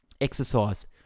Exercise